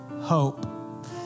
hope